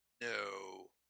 No